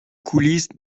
coulisses